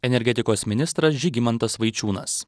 energetikos ministras žygimantas vaičiūnas